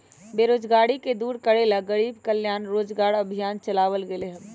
बेरोजगारी के दूर करे ला गरीब कल्याण रोजगार अभियान चलावल गेले है